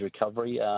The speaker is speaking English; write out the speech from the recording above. recovery